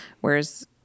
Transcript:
whereas